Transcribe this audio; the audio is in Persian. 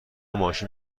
ماشین